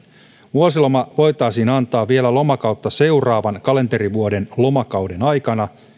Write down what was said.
vuosiloma voitaisiin antaa vielä lomakautta seuraavan kalenterivuoden lomakauden aikana